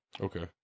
Okay